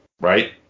Right